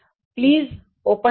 Please open the tap